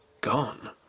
Gone